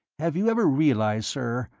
have you ever realized, sir,